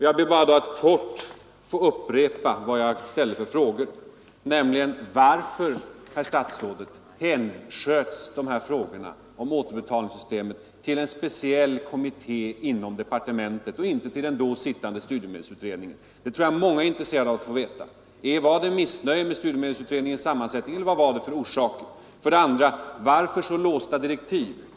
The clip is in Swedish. Jag ber att kort få upprepa de frågor jag ställde: 1) Varför hänsköts frågorna om återbetalningssystemet till en speciell kommitté inom departementet och inte till den då sittande studiemedelsutredningen? Jag tror att många är intresserade av att få veta detta. Var det missnöje med studiemedelsutredningens sammansättning eller vad var det för orsaker? 2) Varför så låsta direktiv?